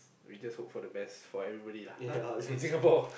we just hope for the best for everybody lah !huh! in Singapore